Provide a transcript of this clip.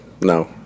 no